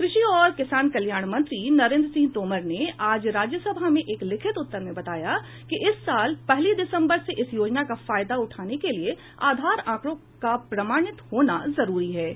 क्रषि और किसान कल्याण मंत्री नरेंद्र सिंह तोमर ने आज राज्यसभा में एक लिखित उत्तर में बताया कि इस साल पहली दिसम्बर से इस योजना का फायदा उठाने के लिए आधार आंकड़ों का प्रमाणित होना जरूरी होगा